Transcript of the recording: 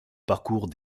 parcours